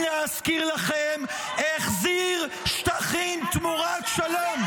בגין, להזכיר לכם, החזיר שטחים תמורת שלום.